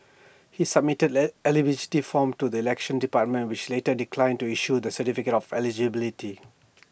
he submitted eligibility forms to the elections department which later declined to issue the ertificate of eligibility